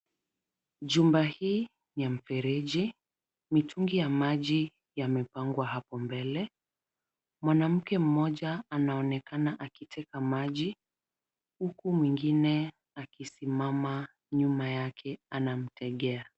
Jumba hii ni ya mfereji mitungi ya maji yamepangwa hapo mbele. Mwanamke mmoja anaonekana akiteka maji huku mwingine akisimama nyuma yake anamtegea.